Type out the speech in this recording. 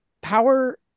Power